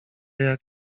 jak